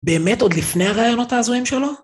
באמת עוד לפני הרעיונות ההזויים שלו?